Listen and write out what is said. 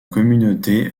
communauté